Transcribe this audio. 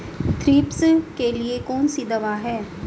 Thrips के लिए कौन सी दवा है?